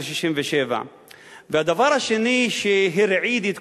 1967. והדבר השני שהרעיד את כולנו,